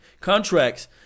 contracts